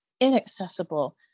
inaccessible